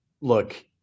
look